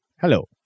Hello